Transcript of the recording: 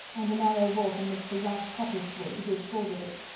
and a narrow walk amidst the rough coppice-wood which bordered it.